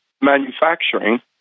manufacturing